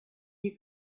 you